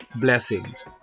blessings